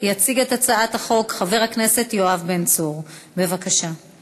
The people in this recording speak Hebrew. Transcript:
הצעת החוק חוזרת לדיון בוועדת הכספים